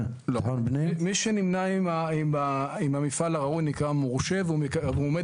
מי שנמנה עם המפעל הראוי נקרא מורשה והוא עומד